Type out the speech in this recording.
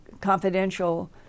confidential